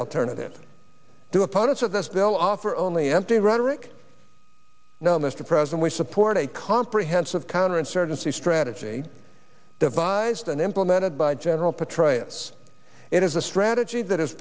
alternative do opponents of this bill offer only empty rhetoric now mr president we support a comprehensive counterinsurgency strategy devised and implemented by general petraeus it is a strategy that is